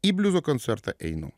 į bliuzo koncertą einu